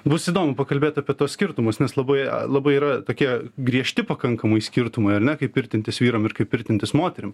bus įdomu pakalbėt apie tuos skirtumus nes labai labai yra tokie griežti pakankamai skirtumai ar ne kaip pirtintis vyram ir kaip pirtintis moterim